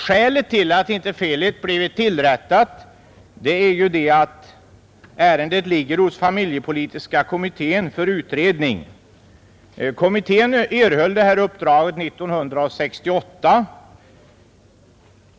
Skälet till att inte felet blivit tillrättat är att ärendet ligger hos familjepolitiska kommittén för utredning. Kommittén erhöll detta uppdrag 1968.